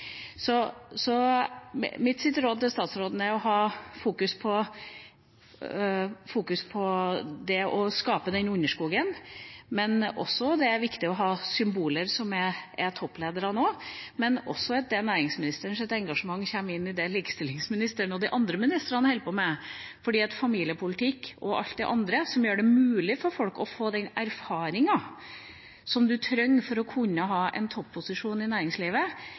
Så mitt råd til statsråden er å ha fokus på det å skape den underskogen, men det er også viktig å ha symboler, som toppledere også er. Næringsministerens engasjement må komme inn i det likestillingsministeren og de andre ministrene holder på med – familiepolitikk og alt det andre som gjør det mulig for folk å få den erfaringa som man trenger for å kunne ha en topposisjon i næringslivet.